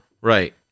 Right